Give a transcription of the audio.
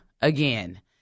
again